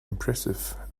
impressive